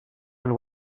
and